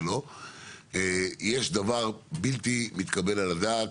יש דבר בלתי מתקבל על הדעת,